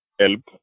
help